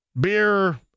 beer